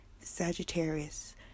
Sagittarius